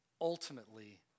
ultimately